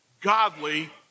godly